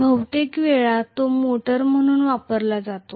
बहुतेक वेळा तो मोटर म्हणून वापरला जाईल